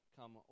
come